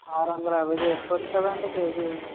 ఆరొందల యాభై చేసుకోవచ్చు కదండి కేజీ